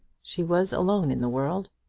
she was alone in the world,